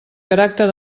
caràcter